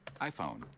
iPhone